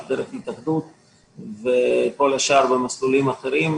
דרך ההתאחדות וכל השאר במסלולים אחרים.